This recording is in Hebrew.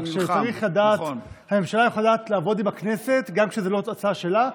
צריך לדעת שהממשלה יכולה לעבוד עם הכנסת גם כשזאת לא הצעה שלה,